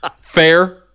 Fair